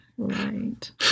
Right